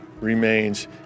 remains